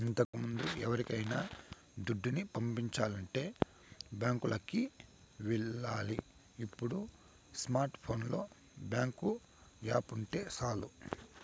ఇంతకముందు ఎవరికైనా దుడ్డుని పంపించాలంటే బ్యాంకులికి ఎల్లాలి ఇప్పుడు స్మార్ట్ ఫోనులో బ్యేంకు యాపుంటే సాలు